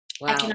Wow